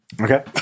Okay